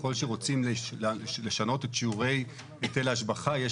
ככל שרוצים לשנות את שיעורי היטל ההשבחה יש